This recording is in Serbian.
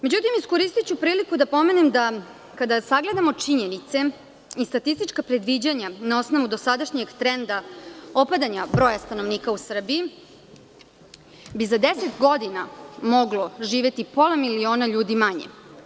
Međutim, iskoristiću priliku da pomenem da kada sagledamo činjenice i statistička predviđanja na osnovu dosadašnjeg trenda u Srbiji, bi za 10 godina moglo živeti pola miliona ljudi manje.